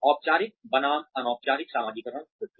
औपचारिक बनाम अनौपचारिक समाजीकरण प्रक्रिया